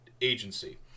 agency